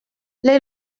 lei